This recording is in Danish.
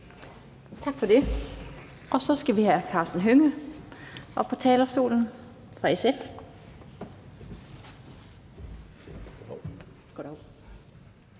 Tak for det. Så skal vi have Karsten Hønge fra SF op på talerstolen. Kl.